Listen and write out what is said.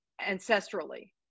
Ancestrally